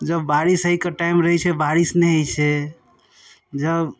जब बारिश होइके टाइम रहै छै बारिश नहि होइ छै जब